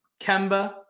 Kemba